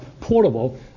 portable